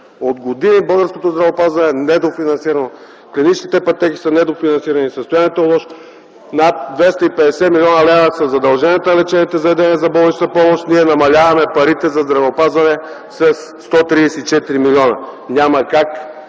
От години българското здравеопазване е недофинансирано, клиничните пътеки са недофинансирани, състоянието е лошо. Над 250 млн. лв. са задълженията на лечебните заведения за болнична помощ – ние намаляваме парите за здравеопазване със 134 милиона. Няма как